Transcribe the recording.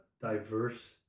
diverse